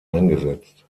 eingesetzt